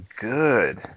good